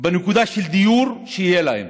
בנקודה של הדיור, שיהיה להם,